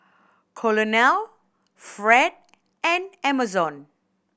Colonel Fred and Emerson